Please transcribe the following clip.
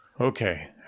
Okay